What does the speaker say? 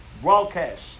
broadcast